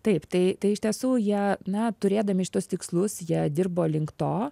taip tai tai iš tiesų jie na turėdami šitus tikslus jei dirbo link to